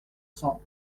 cents